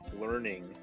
learning